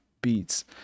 beats